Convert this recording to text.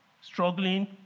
struggling